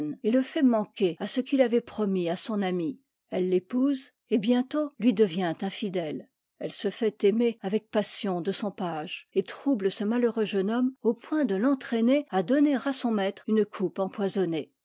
et le fait manquer à ce qu'il avait promis à son ami elle t'épouse et bientôt lui devient infidèle elle se fait aimer avec passion de son page et trouble ce malheureux jeune homme au point de t'entraîner à donner à son maître une coupe empoisonnée